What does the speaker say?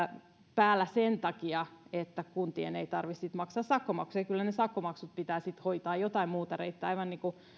päällä sen takia että kuntien ei tarvitse sitten maksaa sakkomaksuja kyllä ne sakkomaksut pitää hoitaa jotain muuta reittiä aivan niin kuin